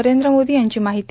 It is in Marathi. नरेंद्र मोदी यांची माहिती